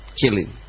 killing